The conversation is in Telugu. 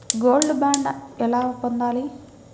గోల్డ్ బాండ్ ఎలా పొందాలి?